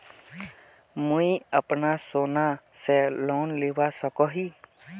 मुई अपना सोना से लोन लुबा सकोहो ही?